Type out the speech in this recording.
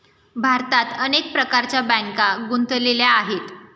भारतात अनेक प्रकारच्या बँका गुंतलेल्या आहेत